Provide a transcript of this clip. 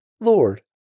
Lord